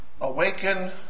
awaken